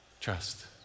trust